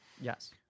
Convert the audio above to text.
Yes